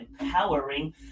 empowering